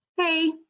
hey